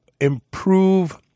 improve